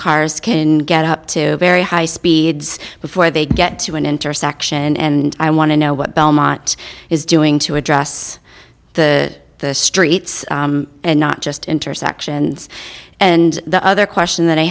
cars can get up to very high speeds before they get to an intersection and i want to know what belmont is doing to address the streets and not just intersections and the other question that i